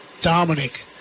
Dominic